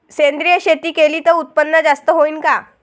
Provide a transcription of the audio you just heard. सेंद्रिय शेती केली त उत्पन्न जास्त होईन का?